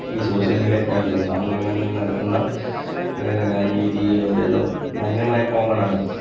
ഈ social media crimes സാമൂഹിക മാധ്യമങ്ങളില് നടക്കുന്ന അനീതി അതെല്ലാം ഭയങ്കരമായ കോമൺ ആണ് അപ്പോൾ